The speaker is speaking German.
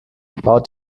baut